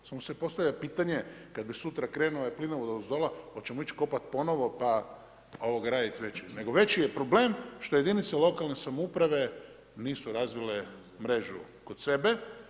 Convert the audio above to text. Samo se postavlja pitanje kad bi sutra krenuo ovaj plinovod odozdola hoćemo ići kopati ponovo pa raditi veći, nego veći je problem što jedinice lokalne samouprave nisu razvile mrežu kod sebe.